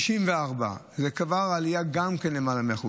64. גם זו כבר עלייה של למעלה מ-100%.